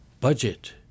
budget